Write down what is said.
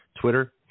Twitter